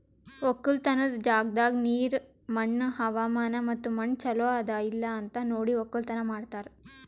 ಒಕ್ಕಲತನದ್ ಜಾಗದಾಗ್ ನೀರ, ಮಣ್ಣ, ಹವಾಮಾನ ಮತ್ತ ಮಣ್ಣ ಚಲೋ ಅದಾ ಇಲ್ಲಾ ಅಂತ್ ನೋಡಿ ಒಕ್ಕಲತನ ಮಾಡ್ತಾರ್